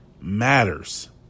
matters